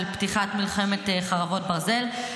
בשל פתיחת מלחמת חרבות ברזל.